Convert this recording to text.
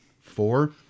four